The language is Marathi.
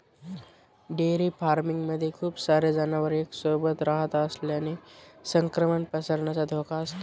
डेअरी फार्मिंग मध्ये खूप सारे जनावर एक सोबत रहात असल्याने संक्रमण पसरण्याचा धोका असतो